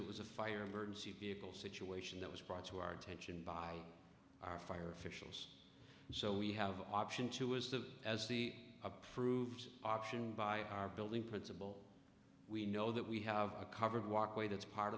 it was a fire emergency vehicle situation that was brought to our attention by our fire officials so we have option two as the as the approved option by our building principle we know that we have a covered walkway that's part